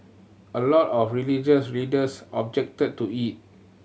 a lot of religious leaders objected to it